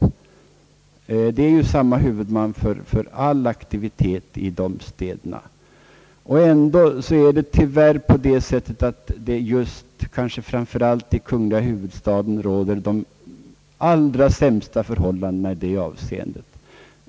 Det är ju samma huvudman för alla dessa aktiviteter i dessa städer. Ändå är förhållandena i den kungl. huvudstaden kanske de allra sämsta i det avseendet.